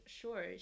sure